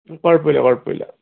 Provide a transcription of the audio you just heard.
കുഴപ്പം ഇല്ല കുഴപ്പം ഇല്ല